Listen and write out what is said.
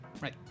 right